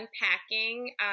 unpacking